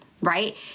right